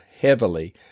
heavily